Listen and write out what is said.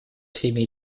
всеми